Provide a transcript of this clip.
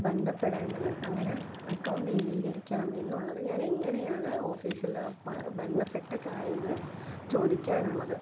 ബന്ധപ്പെടേണ്ടത് അങ്ങനെ അക്കൗണ്ട് ഏകീകരിക്കണം എന്നുള്ളത് ഞാനെങ്ങനെയാണ് ഓഫീസില് ബന്ധപ്പെട്ട് കാര്യങ്ങൾ ചോദിക്കാനുള്ളത്